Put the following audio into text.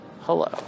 Hello